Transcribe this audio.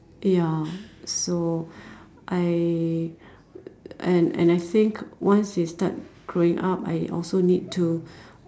ya so I and I I think once you start growing up I also need to